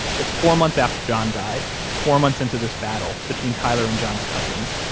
it's four months after john died, four months into this battle between tyler and john's cousins,